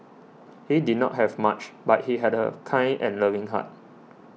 he did not have much but he had a kind and loving heart